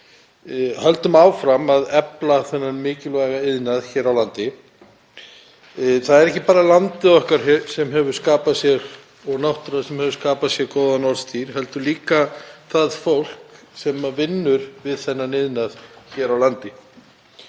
höldum áfram að efla þennan mikilvæga iðnað hér á landi. Það er ekki bara landið okkar og náttúran sem hefur skapað sér góðan orðstír heldur líka það fólk sem vinnur við þennan iðnað hér á landi.